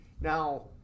Now